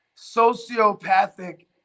sociopathic